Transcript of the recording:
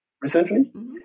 recently